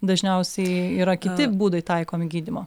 dažniausiai yra kiti būdai taikomi gydymo